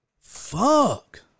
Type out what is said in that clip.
Fuck